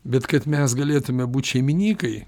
bet kad mes galėtume būt šeiminykai